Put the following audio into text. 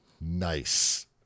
nice